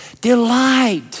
Delight